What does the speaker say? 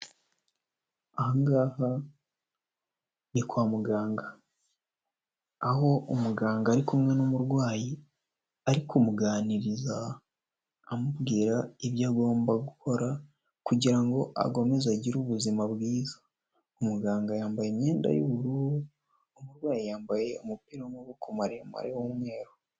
Ahangaha ni kwa muganga. Aho umuganga ari kumwe n'umurwayi, ari kumuganiriza, amubwira ibyo agomba gukora kugira ngo agomeze agire ubuzima bwiza. Umuganga yambaye imyenda y'ubururu, umurwayi yambaye umupira w'amaboko maremare w'umweru.